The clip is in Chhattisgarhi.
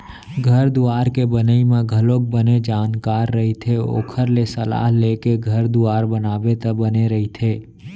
घर दुवार के बनई म घलोक बने जानकार रहिथे ओखर ले सलाह लेके घर दुवार बनाबे त बने रहिथे